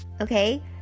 okay